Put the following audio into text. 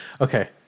Okay